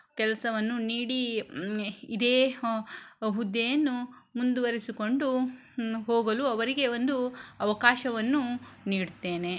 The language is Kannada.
ಕೆಲಸವನ್ನು ನೀಡಿ ಇದೇ ಹುದ್ದೆಯನ್ನು ಮುಂದುವರಿಸಿಕೊಂಡು ಹೋಗಲು ಅವರಿಗೆ ಒಂದು ಅವಕಾಶವನ್ನು ನೀಡುತ್ತೇನೆ